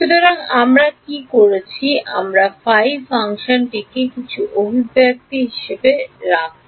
সুতরাং আমরা কী করেছি আমরা কিছু অভিব্যক্তি হিসাবে রেখেছি